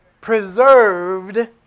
preserved